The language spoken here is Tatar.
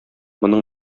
моның